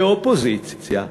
כאופוזיציה,